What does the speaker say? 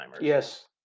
Yes